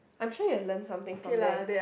I am sure you have learned something from there